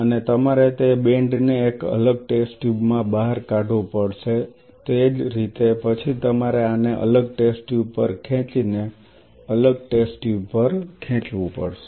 અને તમારે તે બેન્ડ ને એક અલગ ટેસ્ટ ટ્યુબ માં બહાર કાઢવું પડશે તે જ રીતે પછી તમારે આને અલગ ટેસ્ટ ટ્યુબ પર ખેંચીને અલગ ટેસ્ટ ટ્યુબ પર ખેંચવું પડશે